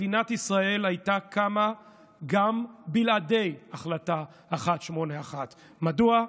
מדינת ישראל הייתה קמה גם בלעדי החלטה 181. מדוע?